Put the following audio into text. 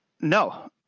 No